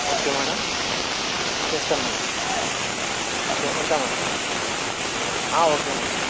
okay madam చేస్తాం madam okay ఉంటా madam okay madam